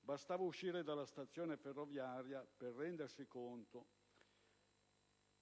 bastato uscire dalla stazione ferroviaria per rendermi conto